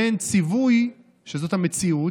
שזאת המציאות,